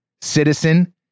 citizen